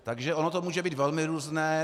Takže ono to může být velmi různé.